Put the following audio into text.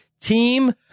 Team